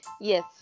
Yes